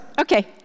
okay